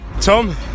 Tom